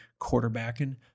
quarterbacking